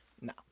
no